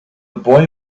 boy